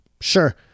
Sure